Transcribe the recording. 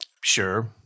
Sure